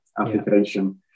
application